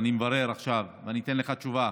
ואני מברר עכשיו ואני אתן לך תשובה